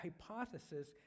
hypothesis